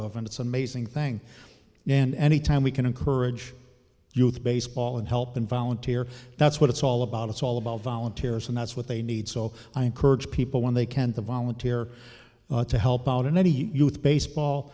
of and it's an amazing thing and anytime we can encourage youth baseball and help them volunteer that's what it's all about it's all about volunteers and that's what they need so i encourage people when they can to volunteer to help out in any youth baseball